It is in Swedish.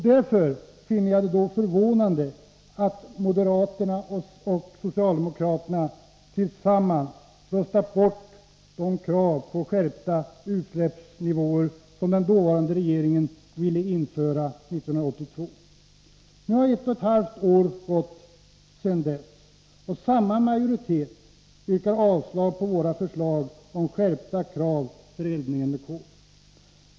Därför finner jag det förvånande att moderaterna och socialdemokraterna tillsammans röstat mot de krav på skärpta bestämmelser om utsläppsnivåer som den dåvarande regeringen ville införa 1982. Nu har ett och ett halvt år gått sedan dess, och samma majoritet yrkar avslag på våra förslag om skärpta bestämmelser för eldning med kol.